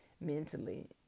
mentally